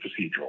procedural